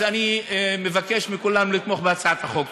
אז אני מבקש מכולם לתמוך בהצעת החוק.